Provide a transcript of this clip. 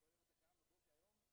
הודעה למזכירת